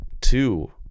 two